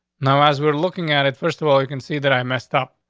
now, as we're looking at it, first of all, you can see that i messed up.